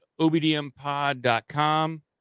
obdmpod.com